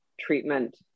treatment